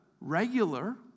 regular